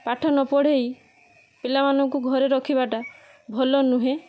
ପାଠ ନ ପଢ଼େଇ ପିଲାମାନଙ୍କୁ ଘରେ ରଖିବାଟା ଭଲ ନୁହେଁ